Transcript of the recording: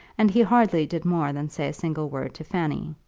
and he hardly did more than say a single word to fanny.